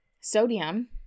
sodium